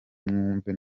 mwumve